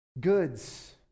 goods